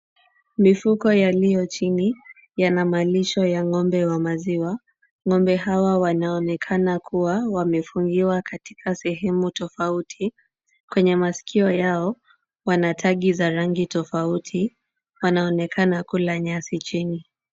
Mifuko yaliyo chini yana malisho ya ng'ombe wa maziwa. Ng'ombe hawa wanaonekana kuwa wamefungiwa katika sehemu tofauti. Kwenye masikio yao wana tagi za rangi tofauti tofauti. Wanaonekana kula nyasi chini.